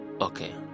okay